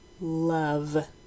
love